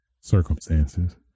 circumstances